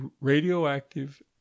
radioactive